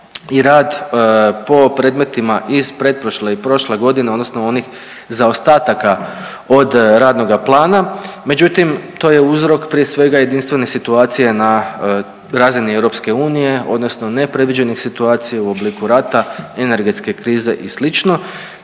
i rad po predmetima iz pretprošle i prošle godine, odnosno onih zaostataka od radnoga plana. Međutim, to je uzrok prije svega jedinstvene situacije na razini EU, odnosno nepredviđenih situacija u obliku rata, energetske krize i